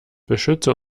beschütze